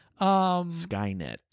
Skynet